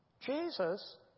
Jesus